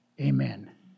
Amen